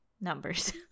Numbers